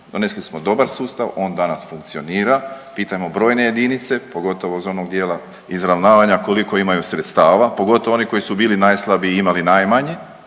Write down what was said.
Donesli smo dobar sustav, on danas funkcionira. Pitajmo brojne jedinice pogotovo iz onog dijela izravnavanja koliko imaju sredstava pogotovo oni koji su bili najslabiji i imali najmanje.